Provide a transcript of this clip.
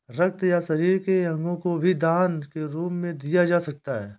रक्त या शरीर के अंगों को भी दान के रूप में दिया जा सकता है